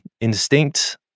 instinct